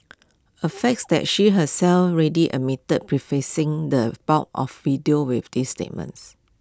A fact that she herself readily admitted prefacing the bulk of video with this statements